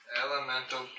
elemental